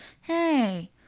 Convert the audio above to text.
Hey